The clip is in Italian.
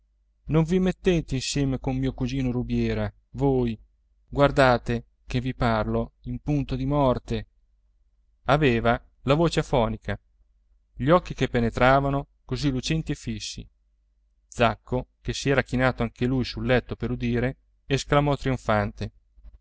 non vi mettete insieme con mio cugino rubiera voi guardate che vi parlo in punto di morte aveva la voce afonica gli occhi che penetravano così lucenti e fissi zacco che si era chinato anche lui sul letto per udire esclamò trionfante